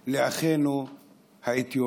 לאחינו האתיופים.